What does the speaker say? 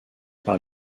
par